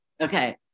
Okay